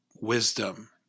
wisdom